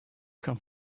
come